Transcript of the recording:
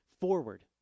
forward